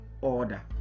order